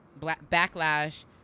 backlash